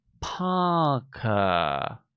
parker